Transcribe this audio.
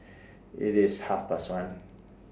IT IS Half Past one